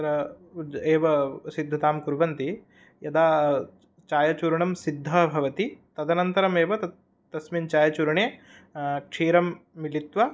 तत्र एव सिद्धतां कुर्वन्ति यदा चायचूर्णं सिद्धः भवति तदनन्तरमेव तत् तस्मिन् चायचूर्णे क्षीरं मिलित्वा